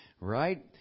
right